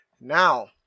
Now